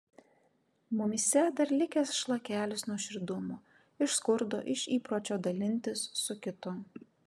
mumyse dar likęs šlakelis nuoširdumo iš skurdo iš įpročio dalintis su kitu